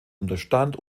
unterstand